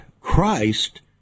Christ